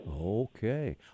Okay